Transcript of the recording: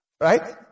Right